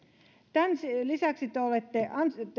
tämän lisäksi te olette